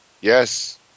Yes